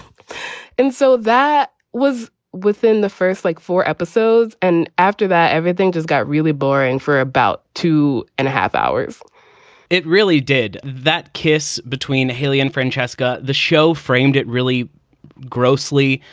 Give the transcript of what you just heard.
and so that was within the first like four episodes. and after that, everything just got really boring for about two and a half hours it really did that kiss between hayley and francesca. the show framed it really grossly,